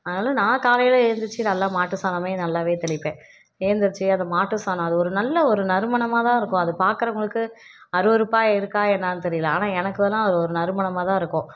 ஆனாலும் நான் காலையில் ஏழுந்திரிச்சி நல்லா மாட்டு சாணம் நல்லாவே தெளிப்பேன் ஏழுந்திரிச்சி அது மாட்டு சாணம் அது ஒரு நல்ல ஒரு நறுமணமாக தான் இருக்கும் அது பார்க்கறவங்களுக்கு அருவருப்பாக இருக்கா என்னென்னு தெரியலை ஆனால் எனக்குலாம் ஒரு நறுமணமாக தான் இருக்கும்